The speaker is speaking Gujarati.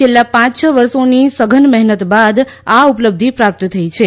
છેલ્લા પાંચ છ વર્ષોની સઘન મહેનત બાદ આ ઉપલબ્ધી પ્રાપ્ત થઇ છે